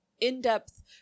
in-depth